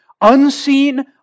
Unseen